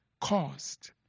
caused